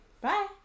Bye